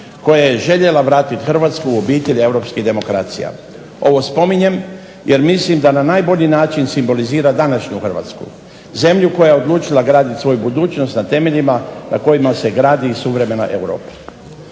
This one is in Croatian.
koja je željela vratiti Hrvatsku u obitelj europskih demokracija. Ovo spominjem jer mislim da na najbolji način simbolizira današnju Hrvatsku. Zemlju koja je odlučila graditi svoju budućnost na temeljima na kojima se gradi i suvremena Europa.